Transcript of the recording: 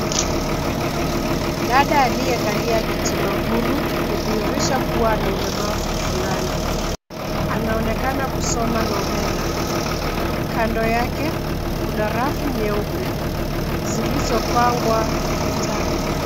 Dada aliyekalia kiti maguru kudhihirisha kuwa ana ulemavu fulani. Anaonekana kusoma novella. Kando yake, kuna rafu nyeupe zilizopangwa vitabu.